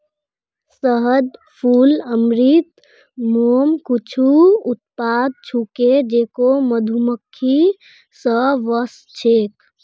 शहद, फूल अमृत, मोम कुछू उत्पाद छूके जेको मधुमक्खि स व स छेक